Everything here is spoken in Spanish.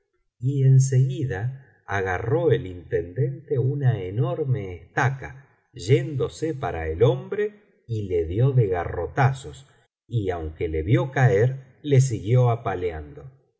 y en seguida agarró el intendente una enorme estaba yéndose para el hombre y le dio de garrotazos y aunque le vio caer le siguió apaleando